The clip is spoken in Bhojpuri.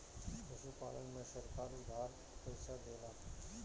पशुपालन में सरकार उधार पइसा देला?